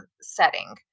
setting